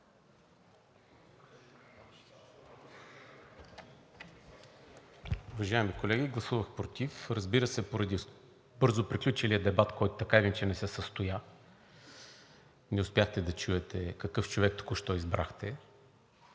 Уважаеми колеги, гласувах против, разбира се, поради бързо приключилия дебат, който така или иначе не се състоя – не успяхте да чуете какъв човек току-що избрахте.